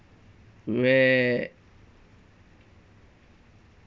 where